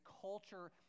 culture